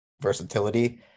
versatility